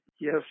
Yes